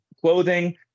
clothing